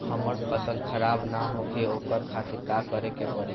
हमर फसल खराब न होखे ओकरा खातिर का करे के परी?